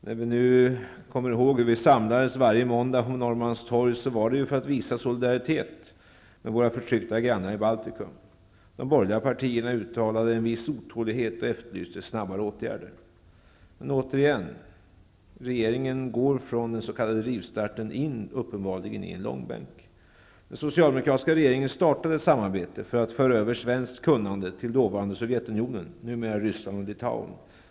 När vi samlades varje måndag på Norrmalms torg var det ju för att visa solidaritet med våra förtryckta grannar i Baltikum. De borgerliga partierna uttalade då en viss otålighet och efterlyste snabbare åtgärder, men nu går uppenbarligen den borgerliga regeringen från den s.k. rivstarten in i en långbänk. Den socialdemokratiska regeringen startade ett samarbete för att föra över svenskt kunnande till dåvarande Sovjetunionen, numera Ryssland och Litauen.